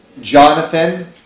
Jonathan